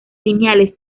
lineales